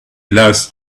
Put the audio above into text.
last